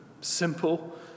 simple